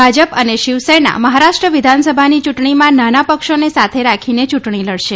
ભાજપ અને શીવસેના મહારાષ્ટ્ર વિધાનસભાની યુંટણીમાં નાના પક્ષોને સાથે રાખીને યુંટણી લડશે